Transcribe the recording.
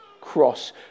cross